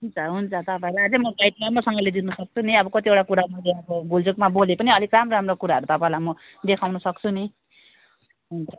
हुन्छ हुन्छ तपाईँलाई अझै म गाइड राम्रोसँगले दिनुसक्छु नि अब कतिवटा कुरामा त अब भुलचुकमा बोले पनि अलिक राम्रो राम्रो कुराहरू तपाईँलाई म देखाउनु सक्छु नि हुन्छ